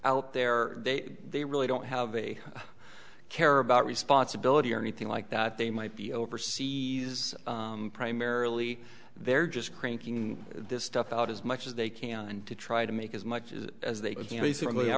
out there they they really don't have a care about responsibility or anything like that they might be overseas primarily they're just cranking this stuff out as much as they can and to try to make as much as they